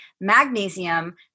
magnesium